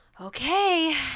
Okay